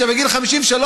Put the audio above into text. שבגיל 53,